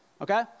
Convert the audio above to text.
okay